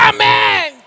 Amen